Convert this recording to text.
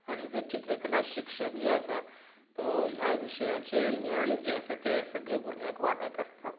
आनी जो चित्रकला शिक्षक जो आसा तो ह्या विशयांचें ज्ञान जे आसा तें सगळ्यां भुरग्यांक वाटत आसता